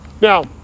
Now